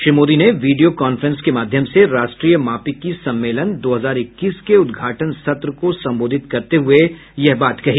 श्री मोदी ने video conference के माध्यम से राष्ट्रीय मापिकी सम्मेलन दो हजार इककीस के उद्घाटन सत्र को संबोधित करते हुए यह बात कही